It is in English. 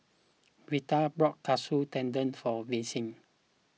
Vita bought Katsu Tendon for Vassie